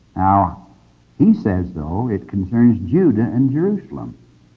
ah he says, though, it concerns judah and jerusalem.